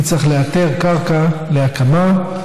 כי צריך לאתר קרקע להקמה,